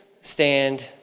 stand